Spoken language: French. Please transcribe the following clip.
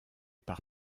par